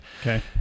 okay